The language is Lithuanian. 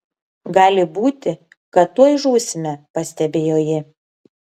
gali būti kad tuoj žūsime pastebėjo ji